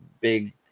big